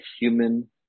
human